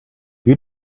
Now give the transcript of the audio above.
you